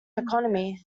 economy